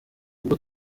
ubwo